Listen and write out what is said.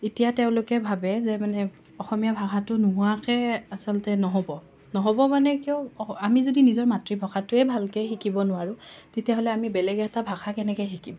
এতিয়া তেওঁলোকে ভাবে যে মানে অসমীয়া ভাষাটো নোহোৱাকৈ আচলতে নহ'ব নহ'ব মানে কিয় আমি যদি নিজৰ মাতৃভাষাটোৱে ভালকৈ শিকিব নোৱাৰোঁ তেতিয়াহ'লে আমি বেলেগ এটা ভাষা কেনেকৈ শিকিম